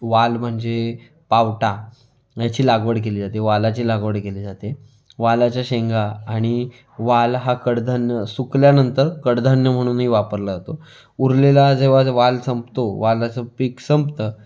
वाल म्हणजे पावटा ह्याची लागवड केली जाते वालाची लागवड केली जाते वालाच्या शेंगा आणि वाल हा कडधान्य सुकल्यानंतर कडधान्य म्हणूनही वापरला जातो उरलेला जेव्हा वाल संपतो वालाचं पीक संपतं